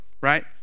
right